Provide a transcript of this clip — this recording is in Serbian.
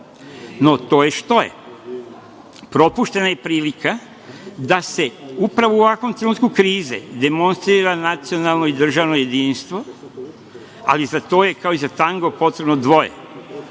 No, to je, što je. Propuštena je prilika da se upravo u ovakvom trenutku krize demonstrira nacionalno i državno jedinstvo, ali za to je, kao i za tango potrebno dvoje. Ja